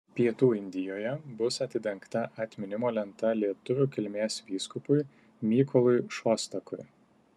pietų indijoje bus atidengta atminimo lenta lietuvių kilmės vyskupui mykolui šostakui